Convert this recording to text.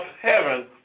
heaven